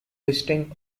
listing